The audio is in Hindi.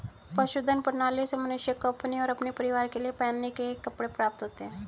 पशुधन प्रणालियों से मनुष्य को अपने और अपने परिवार के लिए पहनने के कपड़े प्राप्त होते हैं